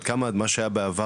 עד כמה מה שהיה בעבר,